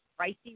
pricey